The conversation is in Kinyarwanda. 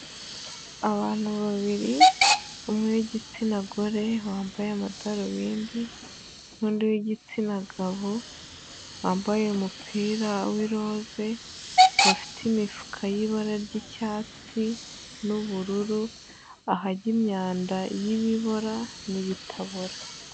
Abantu babiri, umwe w'igitsina gore wambaye amadarubindi n'undi w'igitsina gabo wambaye umupira w'iroze, bafite imifuka y'ibara ry'icyatsi n'ubururu, ahajya imyanda y'ibibora n'ibitabora.